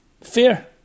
fear